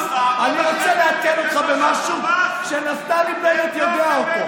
אני רוצה לעדכן אותך במשהו שנפתלי בנט יודע אותו.